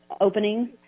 openings